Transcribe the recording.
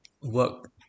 work